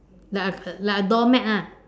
like a like a doormat ah